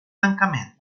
tancament